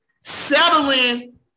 settling